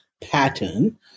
pattern